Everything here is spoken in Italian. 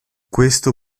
questo